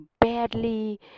badly